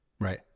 Right